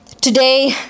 today